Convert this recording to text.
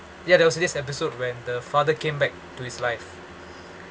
ya there was this episode when the father came back to his life